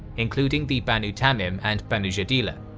including the banu tamim and banu jadila.